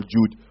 Jude